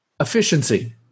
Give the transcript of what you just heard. efficiency